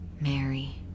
Mary